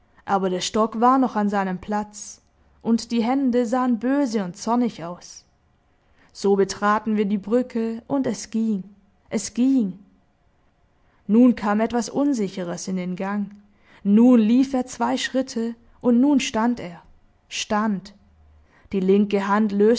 aber der stock war noch an seinem platz und die hände sahen böse und zornig aus so betraten wir die brücke und es ging es ging nun kam etwas unsicheres in den gang nun lief er zwei schritte und nun stand er stand die linke hand löste